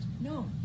No